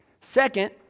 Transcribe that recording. Second